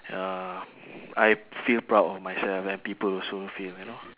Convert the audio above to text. ya I feel proud of myself and people also feel you know